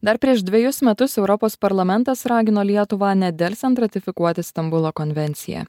dar prieš dvejus metus europos parlamentas ragino lietuvą nedelsiant ratifikuoti stambulo konvenciją